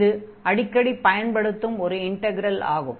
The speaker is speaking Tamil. இது அடிக்கடி பயன்படுத்தப்படும் ஒரு இன்டக்ரல் ஆகும்